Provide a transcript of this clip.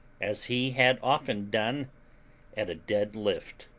as he had often done at a dead lift.